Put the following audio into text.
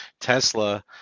Tesla